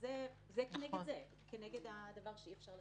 זה כנגד זה, כנגד הדבר שאי אפשר ל